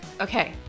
Okay